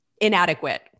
inadequate